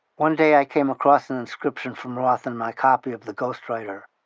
one day i came across an inscription from roth in my copy of the ghost writer.